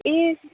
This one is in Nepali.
ए